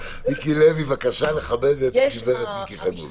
מיקי לוי, בבקשה לכבד את גברת מיקי חיימוביץ'.